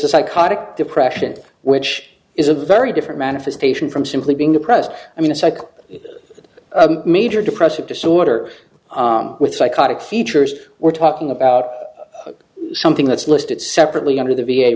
a psychotic depression which is a very different manifestation from simply being depressed i mean a cycle major depressive disorder with psychotic features we're talking about something that's listed separately under the v